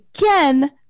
again